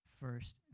first